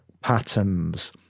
patterns